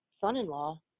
son-in-law